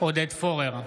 עודד פורר,